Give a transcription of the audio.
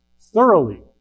thoroughly